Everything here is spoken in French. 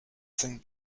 cinq